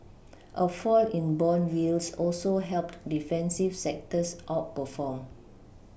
a fall in bond yields also helped defensive sectors outperform